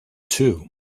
too